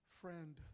Friend